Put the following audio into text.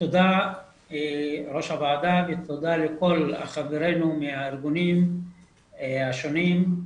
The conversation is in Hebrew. תודה ראש הוועדה ותודה לכל חברינו מהארגונים השונים.